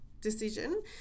decision